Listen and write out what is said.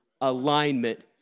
alignment